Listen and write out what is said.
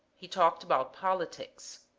he talked about politics.